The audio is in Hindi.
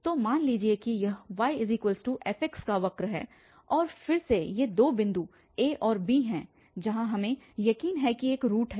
तो मान लीजिए कि यह yf का वक्र है और फिर ये दो बिंदु a और b हैं जहाँ हमें यकीन है कि एक रूट है